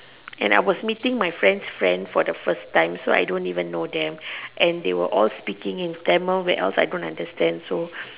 and I was meeting my friend's friend for the first time so I don't even know them and they were all speaking in Tamil where else I don't understand so